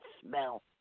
smell